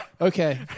Okay